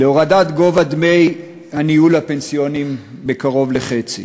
להורדת גובה דמי הניהול הפנסיוניים בקרוב לחצי,